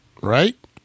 Right